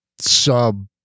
sub